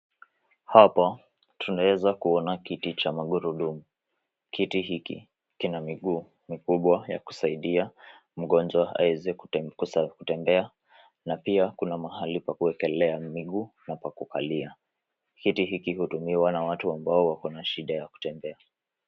Hapa tunaeza kuona kiti cha magurudumu, kiti hiki kina miguu mikubwa ya kusaidia mgonjwa aweze kutembea, na pia kuna mahali pa kuekelea miguu na pa kukalia. Kiti hiki hutumiwa na watu ambao wakona shida ya kutembea.